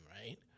right